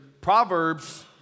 Proverbs